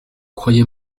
croyez